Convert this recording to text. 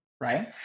right